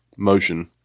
Motion